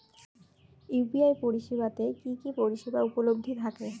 UPI পরিষেবা তে কি কি পরিষেবা উপলব্ধি থাকে?